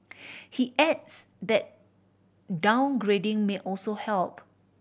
he adds that downgrading may also help